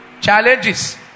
challenges